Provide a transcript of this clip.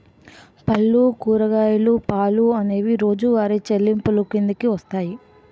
పళ్ళు కూరగాయలు పాలు అనేవి రోజువారి చెల్లింపులు కిందకు వస్తాయి